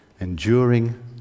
Enduring